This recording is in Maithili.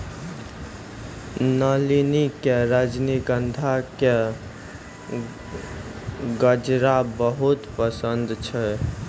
नलिनी कॅ रजनीगंधा के गजरा बहुत पसंद छै